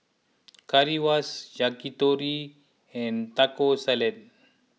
Currywurst Yakitori and Taco Salad